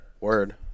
Word